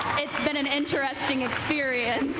it's been an interesting experience.